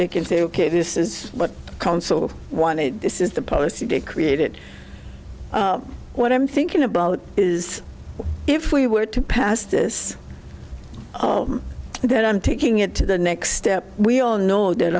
they can say ok this is what council wanted this is the policy they created what i'm thinking about is if we were to pass this oh that i'm taking it to the next step we all know that